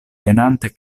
penante